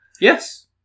Yes